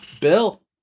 Bill